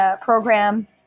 program